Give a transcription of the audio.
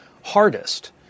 hardest